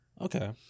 Okay